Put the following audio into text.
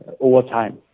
overtime